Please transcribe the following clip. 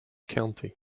county